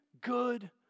good